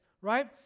right